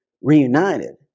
reunited